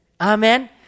Amen